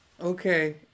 Okay